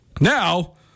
Now